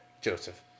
Joseph